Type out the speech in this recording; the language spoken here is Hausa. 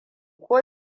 ko